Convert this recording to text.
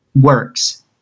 works